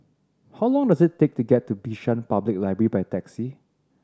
how long does it take to get to Bishan Public Library by taxi